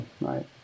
Right